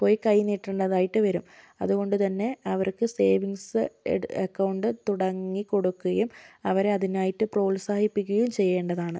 പോയി കൈ നീട്ടേണ്ടതായിട്ട് വരും അതുകൊണ്ടുത്തന്നെ അവർക്ക് സേവിങ്സ് അക്കൗണ്ട് തുടങ്ങി കൊടുക്കുകയും അവരെ അതിനായിട്ട് പ്രോത്സാഹിപ്പിക്കുകയും ചെയ്യേണ്ടതാണ്